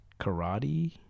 karate